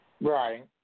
Right